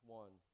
one